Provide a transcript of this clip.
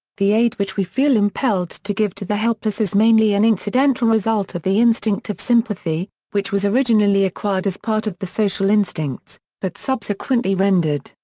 the aid which we feel impelled to give to the helpless is mainly an incidental result of the instinct of sympathy, which was originally acquired as part of the social instincts, but subsequently rendered,